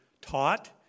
taught